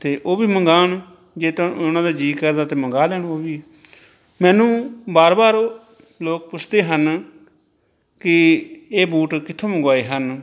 ਅਤੇ ਉਹ ਵੀ ਮੰਗਾਉਣ ਜੇ ਤਾਂ ਉਹਨਾਂ ਦਾ ਜੀਅ ਕਰਦਾ ਤਾਂ ਮੰਗਵਾ ਲੈਣ ਉਹ ਵੀ ਮੈਨੂੰ ਵਾਰ ਵਾਰ ਲੋਕ ਪੁੱਛਦੇ ਹਨ ਕਿ ਇਹ ਬੂਟ ਕਿੱਥੋਂ ਮੰਗਵਾਏ ਹਨ